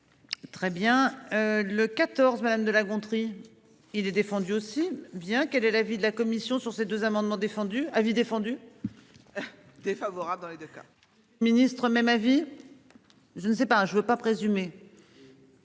Très bien. Le 14. Madame de La Gontrie. Il est défendu aussi bien qu'elle ait l'avis de la commission sur ces deux amendements défendus avis défendu. Défavorable dans les 2 cas Ministre même avis. Je ne sais pas, je ne veux pas présumer.